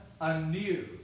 anew